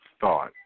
thought